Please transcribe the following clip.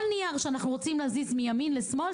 כל נייר שאנחנו רוצים להזיז מימין לשמאל,